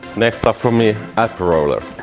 next up for me, ab roller!